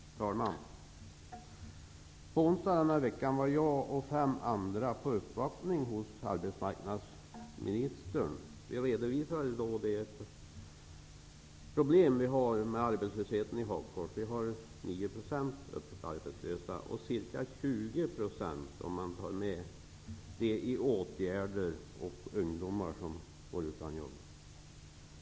Herr talman! I onsdags denna vecka var jag och fem andra på uppvaktning hos arbetsmarknadsministern. Vi redovisade då de problem vi har med arbetslösheten i Hagfors. Vi har 9 % öppet arbetslösa, ca 20 % om man tar med dem som är sysselsatta i arbetsmarknadspolitiska åtgärder och ungdomar som går utan jobb.